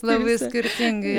labai skirtingai